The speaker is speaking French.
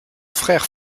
frère